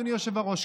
אדוני היושב-ראש,